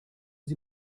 sie